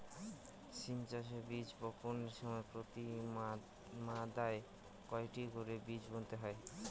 সিম চাষে বীজ বপনের সময় প্রতি মাদায় কয়টি করে বীজ বুনতে হয়?